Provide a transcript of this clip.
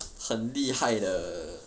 很厉害的